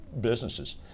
businesses